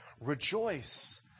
Rejoice